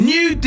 New